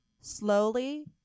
slowly